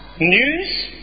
News